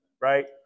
right